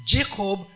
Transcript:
Jacob